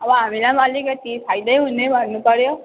अब हामीलाई पनि अलिकति फाइदै हुने भन्नुपऱ्यो